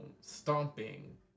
stomping